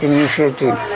initiative